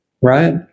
right